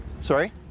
Sorry